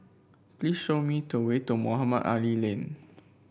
please show me the way to Mohamed Ali Lane